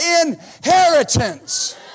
inheritance